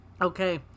Okay